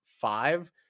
five